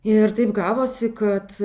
ir taip gavosi kad